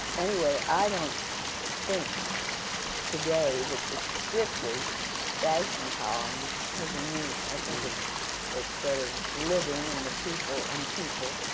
anyway, i don't think today that the strictly fashion column has a meaning. i think it's it's sort of living in the people, in and people,